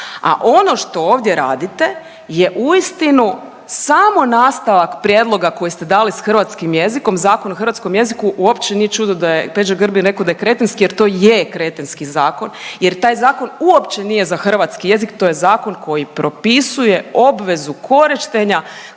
A ono što ovdje radite je uistinu samo nastavak prijedloga koji ste dali s hrvatskim jezikom, Zakon o hrvatskom jeziku. Uopće nije čudo da je Peđa Grbin rekao da je kretenski jer to je kretenski zakon jer taj zakon uopće nije za hrvatski jezik, to je zakon koji propisuje obvezu korištenja